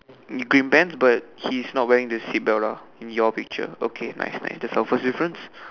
green pants but he's not wearing the seat belt ah in your picture okay nice nice that's our first difference